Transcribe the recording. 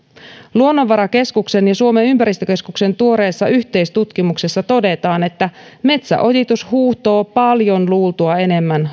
luonnonvarakeskuksen ja suomen ympäristökeskuksen tuoreessa yhteistutkimuksessa todetaan että metsäojitus huuhtoo ravinteita vesistöihin paljon luultua enemmän